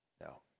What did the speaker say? No